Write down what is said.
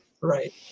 Right